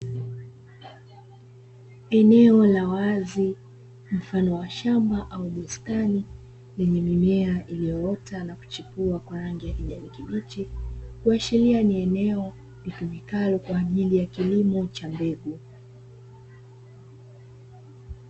Eneo la wazi mfano wa shamba au bustani lenye mimea iliyoota na kuchipua kwa rangi ya kijani kibichi, kuashiria ni eneo litumikalo kwa ajili ya kilimo cha mbegu.